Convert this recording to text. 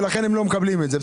ולכן הם לא מקבלים את זה.